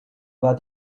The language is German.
war